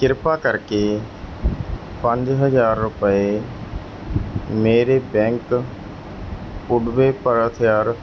ਕਿਰਪਾ ਕਰਕੇ ਪੰਜ ਹਜ਼ਾਰ ਰੁਪਏ ਮੇਰੇ ਬੈਂਕ ਪੁਡੂਵੇ ਭਰਥਿਅਰ